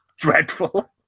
dreadful